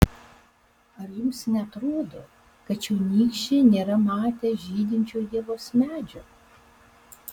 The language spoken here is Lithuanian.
ar jums neatrodo kad čionykščiai nėra matę žydinčio ievos medžio